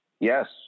Yes